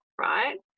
right